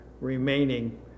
remaining